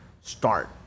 start